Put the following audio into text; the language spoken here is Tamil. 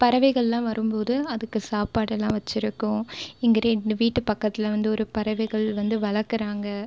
பறவைகள்லாம் வரும்போது அதுக்கு சாப்பாடு எல்லாம் வச்சுருக்கோம் இங்கே இரண்டு வீட்டு பக்கத்தில் வந்து ஒரு பறவைகள் வந்து வளர்க்கிறாங்கள்